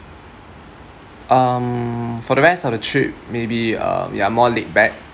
um for the rest of the trip maybe uh ya more laid back